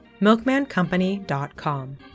MilkmanCompany.com